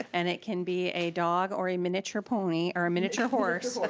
and it can be a dog or a miniature pony or a miniature horse, like